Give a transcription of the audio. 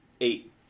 eight